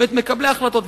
ואת מקבלי ההחלטות,